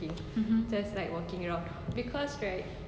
mmhmm